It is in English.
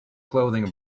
clothing